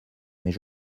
mais